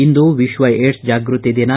ಇಂದು ವಿಶ್ವ ಏಡ್ಸ್ ಜಾಗೃತಿ ದಿನ